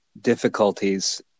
difficulties